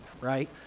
right